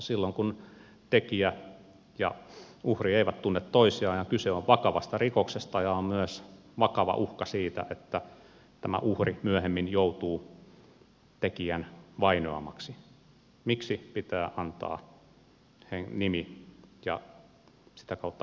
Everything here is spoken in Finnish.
silloin kun tekijä ja uhri eivät tunne toisiaan ja kyse on vakavasta rikoksesta ja on myös vakava uhka siitä että tämä uhri myöhemmin joutuu tekijän vainoamaksi niin miksi pitää antaa nimi ja sitä kautta henkilöllisyys